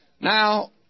Now